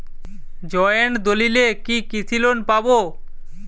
Joint দলিলে কি কৃষি লোন পাব?